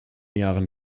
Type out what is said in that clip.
jahren